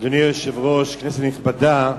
אדוני היושב-ראש, כנסת נכבדה,